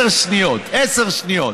עשר שניות.